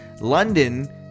London